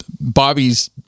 Bobby's